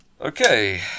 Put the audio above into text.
Okay